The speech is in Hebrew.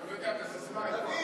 אתה לא יודע את הססמה, איפה הכסף?